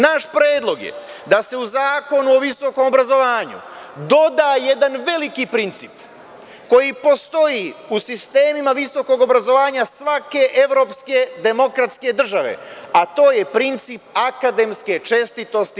Naš predlog je da se u Zakonu o visokom obrazovanju doda jedan veliki princip koji postoji u sistemima visokog obrazovanja svake evropske demokratske države, a to je princip akademske čestitosti.